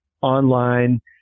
online